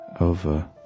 over